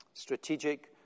Strategic